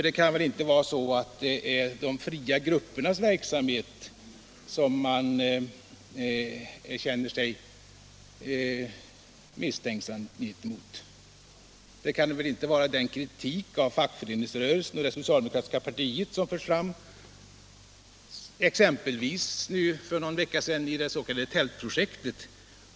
Det kan väl inte vara de fria gruppernas verksamhet som man känner sig misstänksam mot, kanske den kritik av fackföreningsrörelsen och av det socialdemokratiska partiet som har förts fram exempelvis i det s.k. tältprojektet.